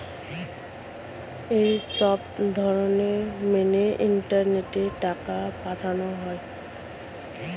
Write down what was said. এই সবধরণ মেনে ইন্টারনেটে টাকা পাঠানো হয়